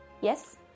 Yes